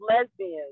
lesbians